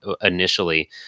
initially